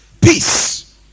peace